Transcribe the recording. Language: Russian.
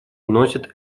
носит